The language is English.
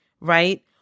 right